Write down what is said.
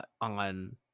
on